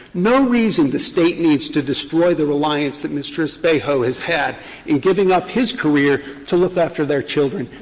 no reason the state needs to destroy the reliance that mr. espejo has had in giving up his career to look after their children.